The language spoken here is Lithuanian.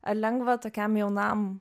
ar lengva tokiam jaunam